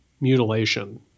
mutilation